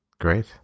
great